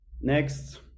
Next